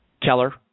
Keller